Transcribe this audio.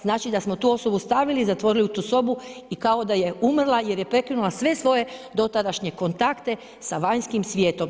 Znači da smo tu osobu stavili, zatvorili u tu sobu i kao da je umrla jer je prekinula sve svoje dotadašnje kontakte sa vanjskim svijetom.